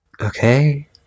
Okay